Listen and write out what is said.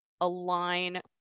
align